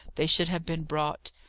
they should have been brought.